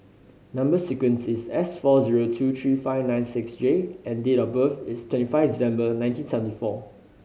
number sequence is S four zero two three five nine six J and date of birth is twenty five December nineteen seventy four